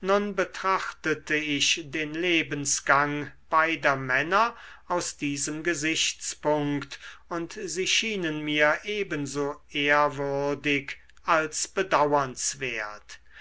nun betrachtete ich den lebensgang beider männer aus diesem gesichtspunkt und sie schienen mir ebenso ehrwürdig als bedauernswert